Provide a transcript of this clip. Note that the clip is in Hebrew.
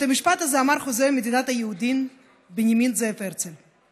את המשפט הזה אמר חוזה מדינת היהודים בנימין זאב הרצל.